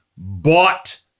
Bought